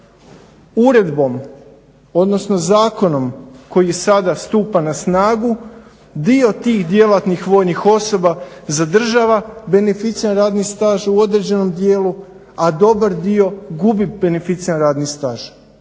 Uredbom, odnosno zakonom koji sada stupa na snagu dio tih djelatnih vojnih osoba zadržava beneficiran radni staž u određenom dijelu, a dobar dio gubi beneficirani radni staž.